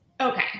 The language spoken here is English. Okay